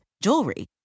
jewelry